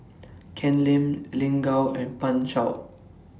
Ken Lim Lin Gao and Pan Shou